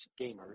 gamers